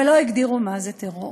אבל לא הגדירו מה זה טרור.